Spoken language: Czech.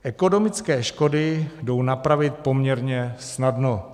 Ekonomické škody jdou napravit poměrně snadno.